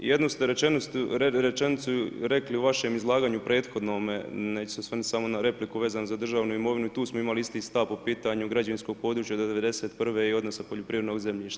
Jednu ste rečenicu rekli u vašem izlaganju prethodnome, neću se osvrnut samo na repliku vezanu za državnu imovinu i tu smo imali isti stav po pitanju građevinskog područja '91. i odnosa poljoprivrednog zemljišta.